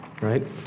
right